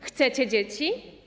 Chcecie dzieci?